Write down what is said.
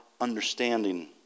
understanding